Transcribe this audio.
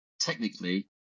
technically